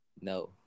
No